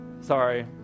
sorry